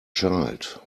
child